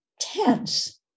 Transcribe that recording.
tense